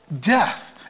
death